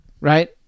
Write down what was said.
right